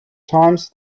times